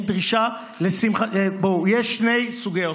יש שני סוגי הוסטלים: